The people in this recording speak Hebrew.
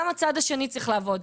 גם הצד השני צריך לעבוד.